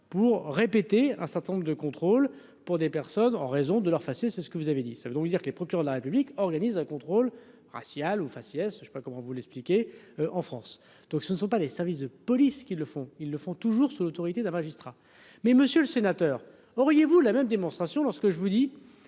pour répéter un certain nombre de contrôles. Pour des personnes en raison de leur faciès est-ce que vous avez dit ça veut donc dire que les procureurs de la République organise un contrôle raciale au faciès, je sais pas comment vous l'expliquez, en France, donc ce ne sont pas les services de. Police qui le font, ils le font toujours, sous l'autorité d'un magistrat, mais, Monsieur le Sénateur, auriez-vous la même démonstration lorsque je vous dis